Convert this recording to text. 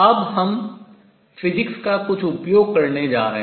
अब हम physics भौतिकी का कुछ उपयोग करने जा रहे हैं